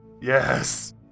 Yes